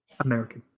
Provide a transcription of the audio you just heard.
American